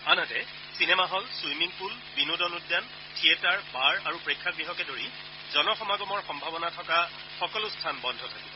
আনহাতে cinema hall swimming pool বিনোদন উদ্যান থিয়টাৰ বাৰ আৰু প্ৰেক্ষাগ্যহকে ধৰি জনসমাগমৰ সম্ভাৱনা থকা সকলো স্থান বন্ধ থাকিব